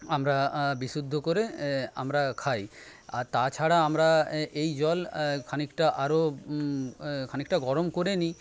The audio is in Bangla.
আমরা বিশুদ্ধ করে আমরা খাই আর তাছাড়া আমরা এই জল খানিকটা আরও খানিকটা গরম করে নিই